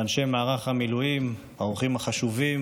אנשי ובעיקר נשות מערך המילואים, האורחים החשובים,